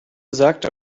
sagte